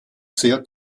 sehr